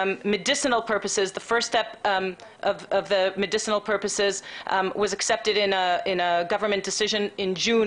השלב הראשון של שימוש למטרות הרפואיות התקבל בהחלטת ממשלה ביוני